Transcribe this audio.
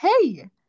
Hey